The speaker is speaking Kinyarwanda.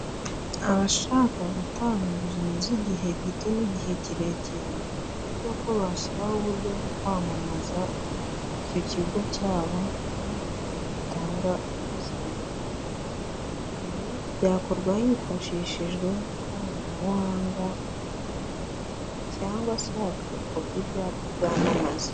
Abashaka gutanga inguzanyo z'igihe gito n'igihe kirekire, ni byiza ko bashyiraho uburyo bwo kwamamaza icyo kigo cyabo n'inguzanyo batanga uko zingana, ibi byakorwa hifashishijwe ikoranabuhanga, imbuga nkoranyambaga cyangwa se hagakorwa ibyapa byamamaza.